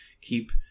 keep